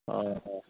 অঁ অ